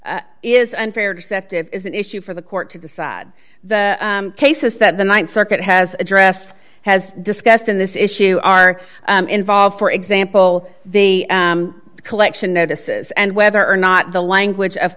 is unfair deceptive is an issue for the court to decide the cases that the th circuit has addressed has discussed in this issue are involved for example the collection notices and whether or not the language of